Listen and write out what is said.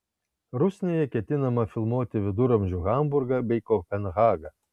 rusnėje ketinama filmuoti viduramžių hamburgą bei kopenhagą